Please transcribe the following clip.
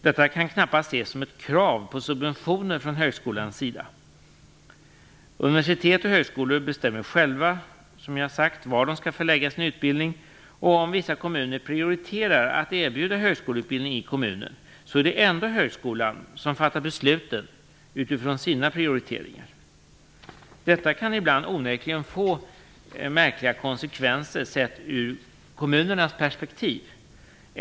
Detta kan knappast ses som ett krav på subventioner från högskolans sida. Universitet och högskolor bestämmer själva var de skall förlägga sin utbildning, och om vissa kommuner prioriterar att erbjuda högskoleutbildning i kommunen, så är det ändå högskolan som fattar besluten utifrån sina prioriteringar. Detta kan ibland onekligen få märkliga kosekvenser sett ur kommunernas perspektiv.